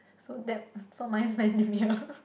so that so mine is Bendemeer